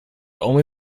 only